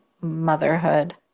motherhood